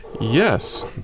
Yes